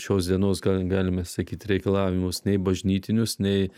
šios dienos galime sakyt reikalavimus nei bažnytinius nei